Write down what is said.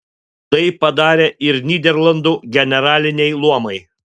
tai padarė ir nyderlandų generaliniai luomai